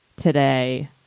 today